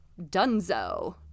Dunzo